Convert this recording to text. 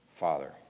father